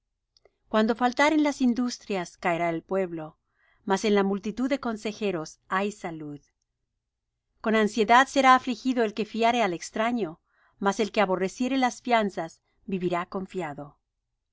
cuando faltaren las industrias caerá el pueblo mas en la multitud de consejeros hay salud con ansiedad será afligido el que fiare al extraño mas el que aborreciere las fianzas vivirá confiado